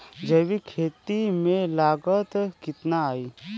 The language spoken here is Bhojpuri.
जैविक खेती में लागत कितना आई?